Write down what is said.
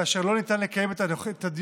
כאשר לא ניתן לקיים את הדיון